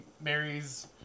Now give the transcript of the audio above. marries